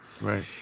Right